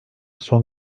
son